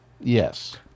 yes